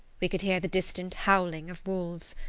we could hear the distant howling of wolves.